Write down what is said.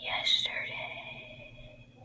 yesterday